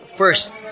first